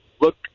look